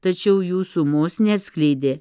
tačiau jų sumos neatskleidė